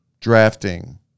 Drafting